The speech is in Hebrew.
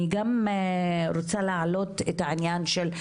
אני גם רוצה להעלות את העניין של,